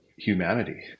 humanity